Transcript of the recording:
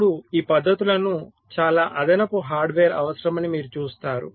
ఇప్పుడు ఈ పద్ధతులకు చాలా అదనపు హార్డ్వేర్ అవసరమని మీరు చూస్తారు